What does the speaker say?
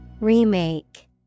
Remake